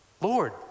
Lord